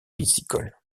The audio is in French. piscicole